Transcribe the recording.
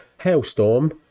Hailstorm